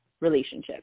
relationship